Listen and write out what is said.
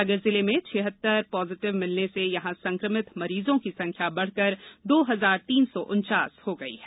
सागर जिले में छियत्तर पॉजिटिव मिलने से यहां संक्रमित मरीजों की संख्या बढ़कर दो हजार तीन सौ उनचास हो गई है